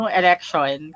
election